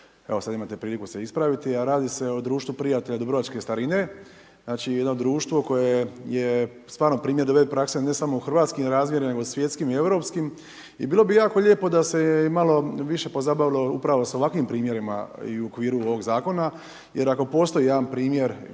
evo sada imate priliku se ispraviti a radi se o Društvu prijatelja dubrovačke starine. Znači jedno društvo koje je stvarno primjer dobre prakse ali ne samo u hrvatskim razmjerima nego svjetskim i europskim. I bilo bi jako lijepo da se je i malo više pozabavilo upravo sa ovakvim primjerima i u okviru ovoga zakona jer ako postoji jedan primjer